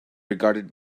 regarded